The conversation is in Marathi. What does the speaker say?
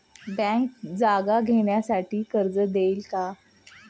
बँक जागा घेण्यासाठी कर्ज देईल का?